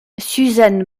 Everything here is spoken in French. suzanne